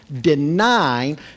denying